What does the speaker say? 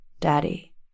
daddy